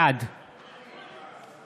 בעד